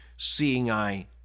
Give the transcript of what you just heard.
seeing-eye